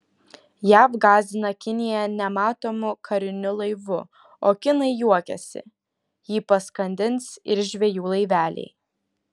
jav gąsdina kiniją nematomu kariniu laivu o kinai juokiasi jį paskandins ir žvejų laiveliai